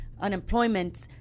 unemployment